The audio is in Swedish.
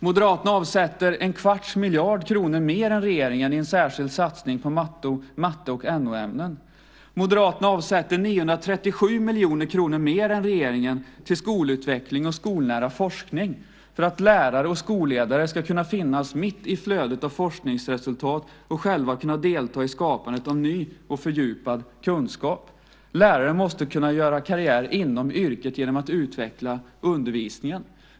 Moderaterna avsätter en kvarts miljard kronor mer än regeringen i en särskild satsning på matte och NO-ämnen. Moderaterna avsätter 937 miljoner kronor mer än regeringen till skolutveckling och skolnära forskning för att lärare och skolledare ska kunna finnas mitt i flödet av forskningsresultat och själva kunna delta i skapandet av ny och fördjupad kunskap. Lärare måste kunna göra karriär inom yrket genom att utveckla undervisningen.